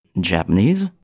Japanese